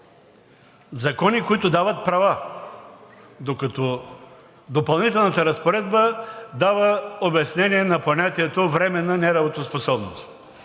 закони, които дават права! Докато Допълнителната разпоредба дава обяснение на понятието „временна неработоспособност“.